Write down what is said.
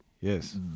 yes